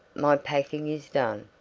my packing is done,